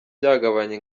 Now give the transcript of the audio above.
byagabanya